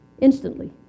instantly